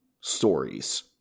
stories